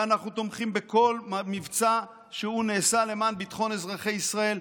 ואנחנו תומכים בכל מבצע הנעשה למען ביטחון אזרחי ישראל.